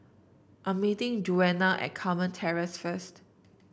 I'm meeting Djuana at Carmen Terrace first